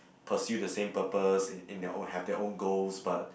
pursue the same purpose in their own have their own goals but